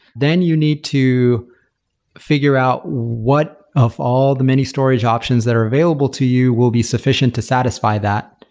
then you need to figure out what of all the many storage options that are available to you will be sufficient to satisfy that.